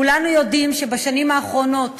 כולנו יודעים שבשנים האחרונות